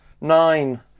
Nine